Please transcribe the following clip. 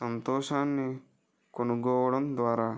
సంతోషాన్ని కనుగొనడం ద్వారా